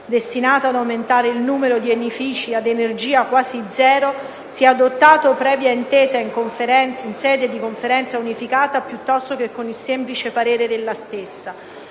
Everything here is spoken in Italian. destinato ad aumentare il numero di edifici ad energia «quasi zero», sia adottato previa intesa in sede di Conferenza unificata, piuttosto che con il semplice parere della stessa;